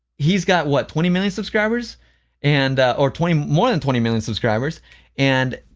he's got, what? twenty million subscribers and or twenty more than twenty million subscribers and